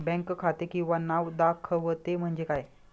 Bank खाते किंवा नाव दाखवते म्हणजे काय?